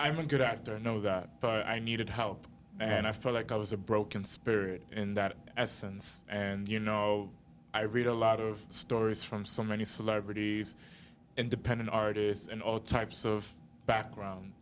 i'm a good actor know that i needed help and i felt like i was a broken spirit in that as sense and you know i read a lot of stories from so many celebrities independent artists and all types of background